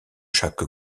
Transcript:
chaque